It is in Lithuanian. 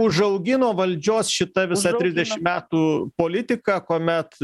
užaugino valdžios šita visa trisdešim metų politika kuomet